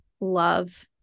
love